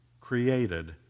created